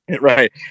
Right